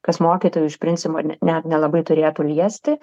kas mokytojų iš principo net nelabai turėtų liesti